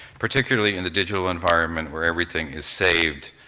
particularly in the digital environment where everything is saved,